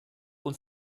und